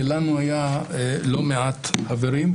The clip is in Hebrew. היו לנו לא מעט חברים,